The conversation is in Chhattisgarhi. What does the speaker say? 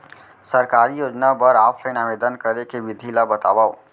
सरकारी योजना बर ऑफलाइन आवेदन करे के विधि ला बतावव